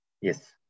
Yes